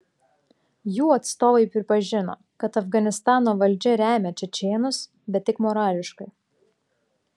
jų atstovai pripažino kad afganistano valdžia remia čečėnus bet tik morališkai